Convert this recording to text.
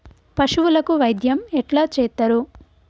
పశువులకు వైద్యం ఎట్లా చేత్తరు?